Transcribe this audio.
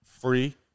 free